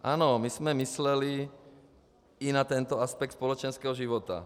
Ano, my jsme mysleli i na tento aspekt společenského života.